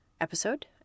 episode